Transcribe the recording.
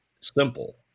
simple